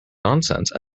nonsense